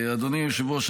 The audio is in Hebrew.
אדוני היושב-ראש,